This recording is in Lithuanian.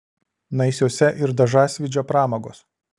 naisiuose ir dažasvydžio pramogos